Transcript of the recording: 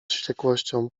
wściekłością